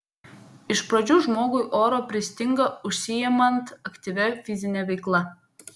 iš pradžių žmogui oro pristinga užsiimant aktyvia fizine veikla